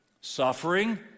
suffering